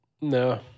No